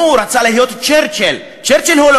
נו, הוא רצה להיות צ'רצ'יל.